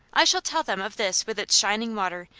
i shall tell them of this with its shining water,